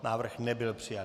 Návrh nebyl přijat.